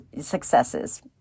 successes